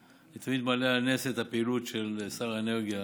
אני תמיד מעלה על נס את הפעילות של שר האנרגיה